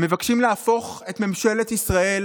הם מבקשים להפוך את ממשלת ישראל